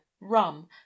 rum